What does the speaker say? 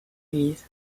église